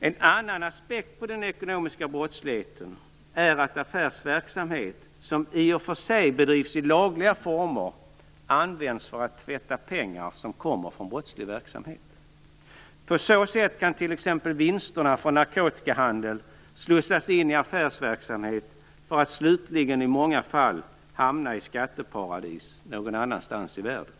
En annan aspekt på den ekonomiska brottsligheten är att affärsverksamhet som i och för sig bedrivs i lagliga former används för att tvätta pengar som kommer från brottslig verksamhet. På så sätt kan t.ex. vinsterna från narkotikahandel slussas in i affärsverksamhet för att slutligen i många fall hamna i skatteparadis någon annanstans i världen.